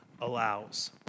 allows